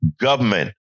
government